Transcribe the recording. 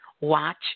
Watch